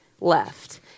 left